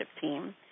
team